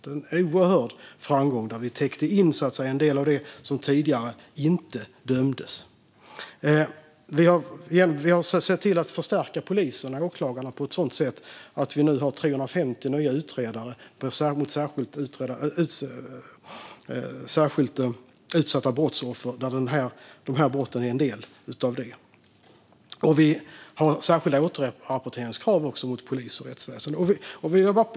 Det är en oerhörd framgång, där vi täckte in en del av det som tidigare inte dömdes. Vi har sett till att förstärka polisen och åklagarna på ett sådant sätt att vi nu har 350 nya utredare för särskilt utsatta brottsoffer, där de här brotten är en del. Vi har också särskilda återrapporteringskrav på polis och rättsväsen.